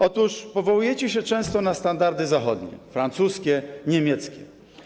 Otóż powołujecie się często na standardy zachodnie, francuskie, niemieckie.